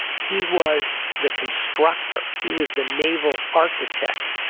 he was the constructor. he was the naval architect.